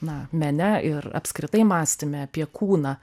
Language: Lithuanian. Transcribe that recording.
na mene ir apskritai mąstyme apie kūną